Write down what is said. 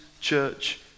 church